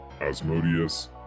Asmodeus